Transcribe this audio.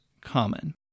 common